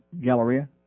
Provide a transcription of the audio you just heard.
Galleria